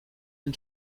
and